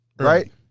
Right